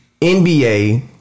NBA